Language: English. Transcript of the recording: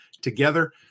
together